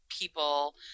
people